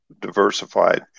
diversified